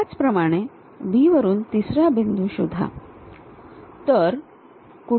त्याचप्रमाणे B वरून तिसरा बिंदू शोधा